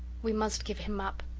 we must give him up.